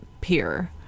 peer